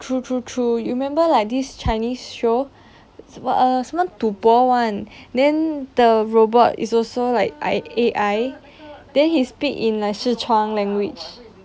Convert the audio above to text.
true true true you remember like this chinese show it's about 什么赌博 [one] then the robot is also like I A_I then he speak in like sichuan language